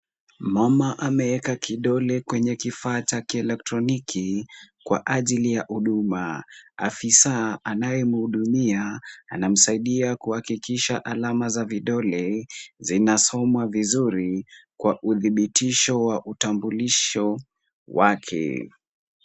Mama ameeka kidole kwenye kifaa cha kielectroniki kwa ajili ya huduma, afisa anayemhudumia anamsaidia kuhakikisha alama za vidole zinasomwa vizuri kwa udhibithisho wa utambulisho wake.